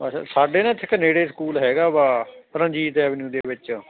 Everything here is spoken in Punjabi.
ਅੱਛਾ ਸਾਡੇ ਨਾ ਇੱਥੇ ਇੱਕ ਨੇੜੇ ਸਕੂਲ ਹੈਗਾ ਵਾ ਰਣਜੀਤ ਐਵਨਿਊ ਦੇ ਵਿੱਚ